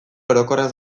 orokorraz